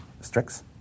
Strix